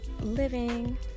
living